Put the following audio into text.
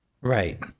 Right